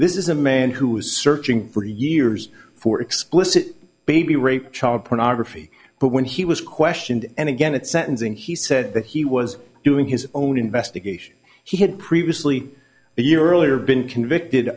this is a man who is searching for years for explicit baby rape child pornography but when he was questioned and again at sentencing he said that he was doing his own investigation he had previously a year earlier been convicted